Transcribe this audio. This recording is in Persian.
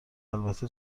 البته